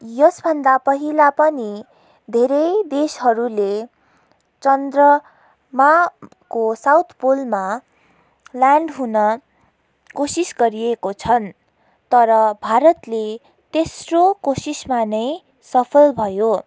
यसभन्दा पहिला पनि धेरै देशहरूले चन्द्रमाको साउथ पोलमा ल्याण्ड हुन कोसिस गरिएको छन् तर भारतले तेस्रो कोसिसमा नै सफल भयो